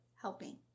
helping